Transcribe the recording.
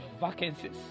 vacancies